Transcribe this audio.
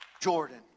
jordan